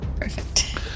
Perfect